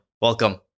welcome